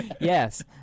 yes